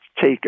take